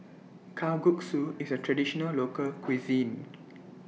Kalguksu IS A Traditional Local Cuisine